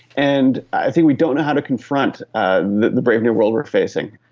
and i think we don't know how to confront the brave new world we are facing.